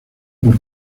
por